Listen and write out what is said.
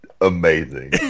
Amazing